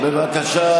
בבקשה,